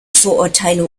vorurteile